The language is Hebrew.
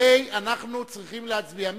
הרי אנחנו צריכים להצביע.